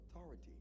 authority